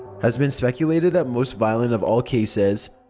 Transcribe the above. has been speculated at most violent of all cases.